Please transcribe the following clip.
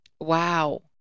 Wow